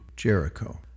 Jericho